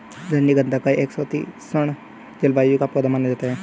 रजनीगंधा को एक शीतोष्ण जलवायु का पौधा माना जाता है